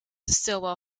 stilwell